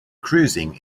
cruising